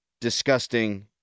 disgusting